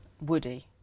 Woody